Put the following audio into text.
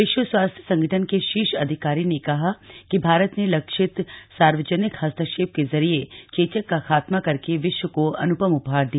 विश्व स्वास्थ्य संगठन के शीर्ष अधिकारी ने कहा कि भारत ने लक्षित सार्वजनिक हस्तक्षेप के जरिये चेचक का खातमा करके विश्व को अन्पम उपहार दिया